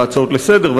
בהצעות לסדר-היום,